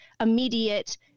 immediate